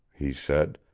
he said.